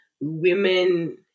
women